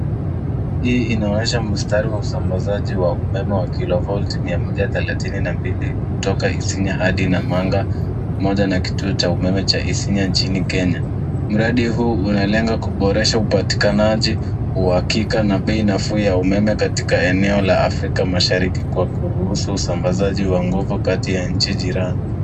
Hii inaonyesha mistari ya usambazaji wa umeme kilovolti mia moja thelethini na mbili kutoka Isinya hadi Namanga pamoja na kituo cha umeme cha Isinya nchini Kenya. Mradi huu unalenga kuboresha upatikanaji wa hakika na bei nafuu ya umeme katika eneo la Afrika Mashariki kwa kuruhusu usambazaji wa nguvu kati ya nchi jirani.